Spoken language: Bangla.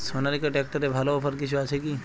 সনালিকা ট্রাক্টরে ভালো অফার কিছু আছে কি?